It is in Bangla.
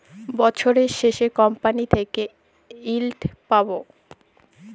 বছরের শেষে কোম্পানি থেকে ইল্ড পাবো